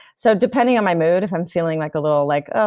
so depending on my mood, if i'm feeling like a little like, ugh,